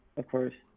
of course.